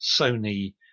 sony